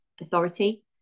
authority